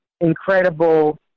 incredible